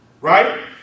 right